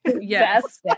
yes